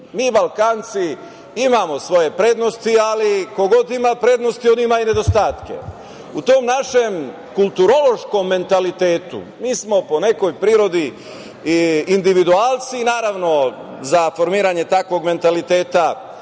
Mi Balkanci imamo svoje prednosti, ali ko god ima prednosti ima i nedostatke. U tom našem kulturološkom mentalitetu, mi smo po nekoj prirodi individualci, i naravno, za formiranje takvog mentaliteta